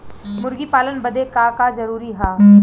मुर्गी पालन बदे का का जरूरी ह?